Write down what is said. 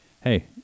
Hey